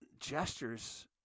gestures